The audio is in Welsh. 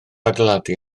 adeiladu